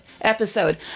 episode